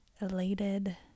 elated